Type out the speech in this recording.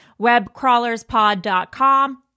webcrawlerspod.com